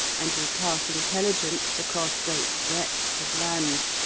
and we pass intelligence across great breadths of land,